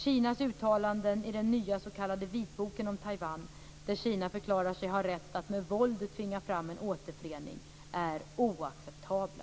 Kinas uttalanden i den nya s.k. vitboken om Taiwan, där Kina förklarar sig ha rätt att med våld tvinga fram en återförening, är oacceptabla.